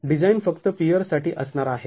तर डिझाईन फक्त पियर्स साठी असणार आहे